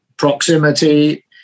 Proximity